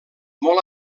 molt